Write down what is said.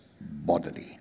bodily